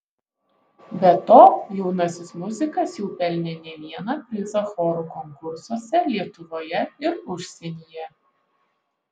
be to jaunasis muzikas jau pelnė ne vieną prizą chorų konkursuose lietuvoje ir užsienyje